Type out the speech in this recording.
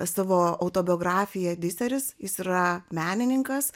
savo autobiografiją diseris jis yra menininkas